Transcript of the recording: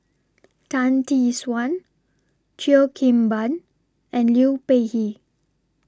Tan Tee Suan Cheo Kim Ban and Liu Peihe